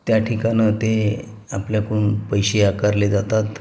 त्या ठिकाणं ते आपल्याकडून पैसे आकारले जातात